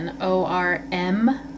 o-r-m